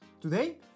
Today